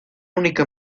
única